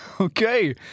Okay